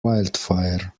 wildfire